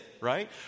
right